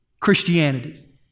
Christianity